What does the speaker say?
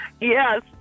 Yes